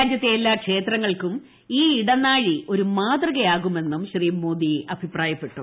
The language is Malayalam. രാജ്യത്തെ എല്ലാ ക്ഷേത്ര്ങ്ങൾക്കും ഈ ഇടനാഴി ഒരു മാതൃകയാകുമെന്നും ശ്രീ മോദി അഭിപ്രായപ്പെട്ടു